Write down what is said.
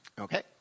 Okay